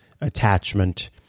attachment